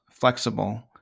Flexible